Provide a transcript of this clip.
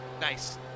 nice